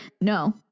No